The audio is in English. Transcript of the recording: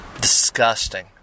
disgusting